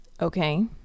Okay